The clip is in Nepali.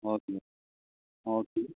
हजुर हजुर